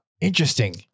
interesting